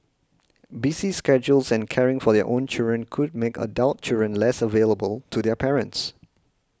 busy schedules and caring for their own children could make a adult children less available to their parents